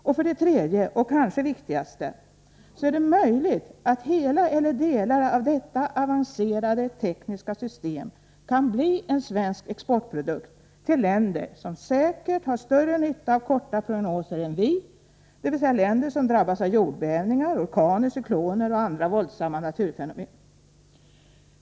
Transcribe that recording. Och för det tredje, och det är kanske det viktigaste, är det möjligt att hela eller delar av detta avancerade tekniska system kan bli en svensk exportprodukt till länder som säkert har större nytta av korta prognoser än vi, dvs. länder som drabbas av jordbävningar, orkaner, cykloner och andra våldsamma naturfenomen.